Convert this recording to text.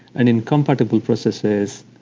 and in compatible processes